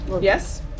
Yes